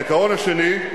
העיקרון השני,